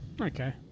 Okay